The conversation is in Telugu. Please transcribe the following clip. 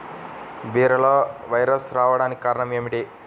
బీరలో వైరస్ రావడానికి కారణం ఏమిటి?